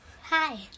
Hi